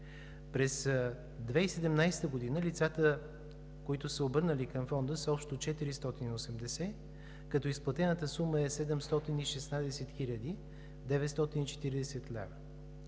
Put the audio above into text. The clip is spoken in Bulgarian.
През 2017 г. лицата, които са се обърнали към Фонда, са общо 480 като изплатената сума е 716 хил.